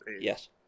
Yes